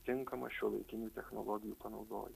tinkamą šiuolaikinių technologijų panaudojimą